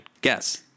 guess